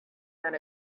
that